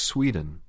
Sweden